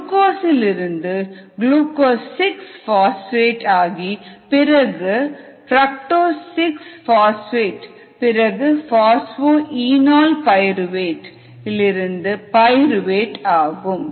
glucose இலிருந்து glucose 6 phosphate ஆகி பிறகு பிரக்டோஸ் 6 பாஸ்பேட் Frucose 6phosphate பிறகு பாஸ்போ இனால் பயிறுவேட்phosphoenol pyruvate PEP இலிருந்து பயிறுவேட் ஆகும்